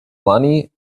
money